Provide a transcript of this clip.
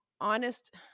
honest